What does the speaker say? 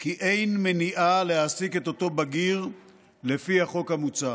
כי אין מניעה להעסיק את אותו בגיר לפי החוק המוצע.